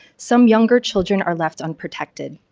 some younger children are left unprotected.